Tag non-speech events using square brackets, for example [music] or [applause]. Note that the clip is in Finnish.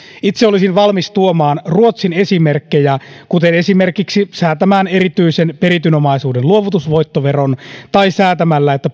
itse olisin valmis tuomaan ruotsin esimerkkejä kuten esimerkiksi säätämään erityisen perityn omaisuuden luovutusvoittoveron tai säätämään että [unintelligible]